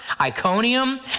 Iconium